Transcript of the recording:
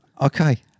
Okay